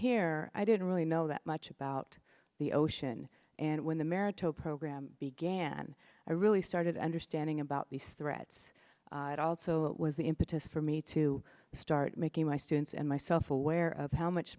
here i didn't really know that much about the ocean and when the maraton program began i really started understanding about these threats it also was the impetus for me to start making my students and myself aware of how much